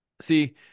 See